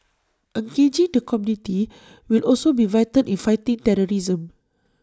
engaging the community will also be vital in fighting terrorism